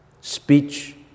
speech